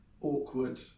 awkward